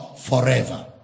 forever